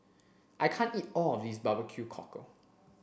I can't eat all of this Barbecue Cockle